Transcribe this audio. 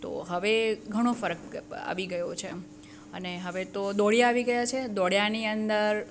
તો હવે ઘણો ફરક આવી ગયો છે એમ અને હવે તો દોડે આવી ગયા છે દોડ્યાની અંદર